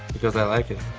because i like it.